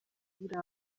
iri